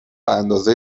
اندازه